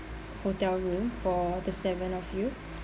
hotel room for the seven of you